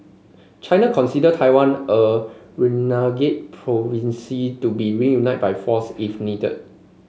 China consider Taiwan a renegade province to be reunited by force if needed